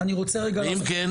ואם כן?